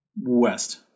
West